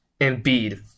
Embiid